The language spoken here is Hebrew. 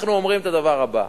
אנחנו אומרים את הדבר הבא: